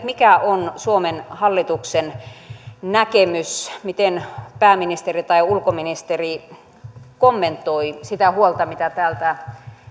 mikä on suomen hallituksen näkemys miten pääministeri tai ulkoministeri kommentoi sitä huolta mitä täältä